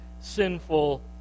sinful